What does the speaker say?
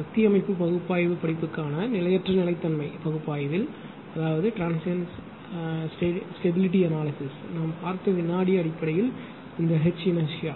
சக்தி அமைப்பு பகுப்பாய்வு படிப்புக்கான நிலையற்ற நிலைத்தன்மை பகுப்பாய்வில் நாம் பார்த்த விநாடி அடிப்படையில் இந்த எச் இனர்சியா